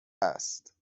است